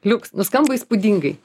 liuks nu skamba įspūdingai